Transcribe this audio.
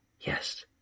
Yes